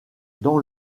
dans